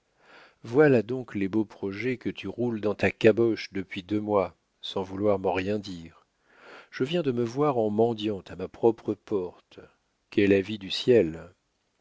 voilà donc les beaux projets que tu roules dans ta caboche depuis deux mois sans vouloir m'en rien dire je viens de me voir en mendiante à ma propre porte quel avis du ciel